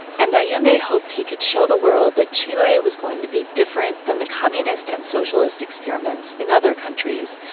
and allende hoped he could show the world that chile was going to be different than the communist and socialist experiments in other countries.